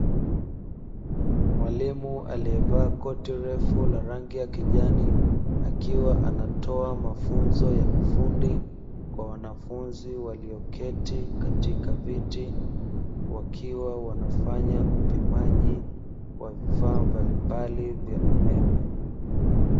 Mwalimu aliyevaa koti refu la rangi ya kijani, akiwa anatoa mafunzo ya ufundi kwa wanafunzi walioketi katika viti, wakiwa wanafanya upimaji wa vifaa mbalimbali vya umeme.